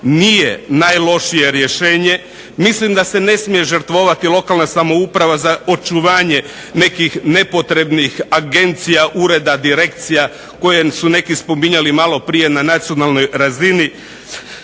nije najlošije rješenje. Mislim da se ne smije žrtvovati lokalna samouprava za očuvanje nekih nepotrebnih agencija, ureda, direkcija koje su neki spominjali malo prije na nacionalnoj razini.